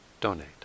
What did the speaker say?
donate